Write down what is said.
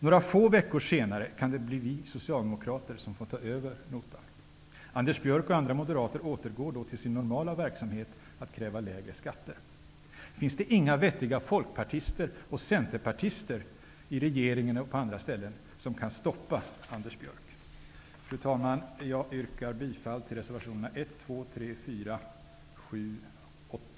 Några få veckor senare kan det bli vi socialdemokrater som får ta över notan. Anders Björck och andra moderater återgår då till sin normala verksamhet att kräva lägre skatter. Finns det inga vettiga folkpartister och centerpartister i regeringen och på andra ställen som kan stoppa Anders Björck? Fru talman! Jag yrkar bifall till reservationerna 1